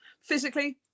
physically